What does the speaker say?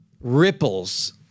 ripples